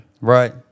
Right